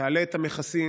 תעלה את המכסים,